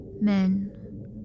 Men